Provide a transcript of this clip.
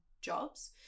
jobs